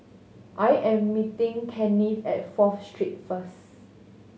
I am meeting Kennith at Fourth Street first